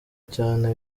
cyane